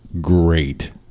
great